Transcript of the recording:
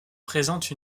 présente